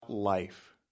life